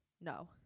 No